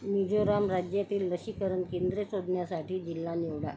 मिझोराम राज्यातील लसीकरण केंद्रे शोधण्यासाठी जिल्हा निवडा